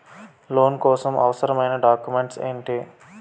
Loan కోసం అవసరమైన documents ఎంటి?